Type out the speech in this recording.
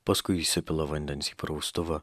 paskui įsipila vandens į praustuvą